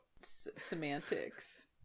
semantics